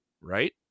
right